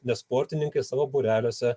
nes sportininkai savo būreliuose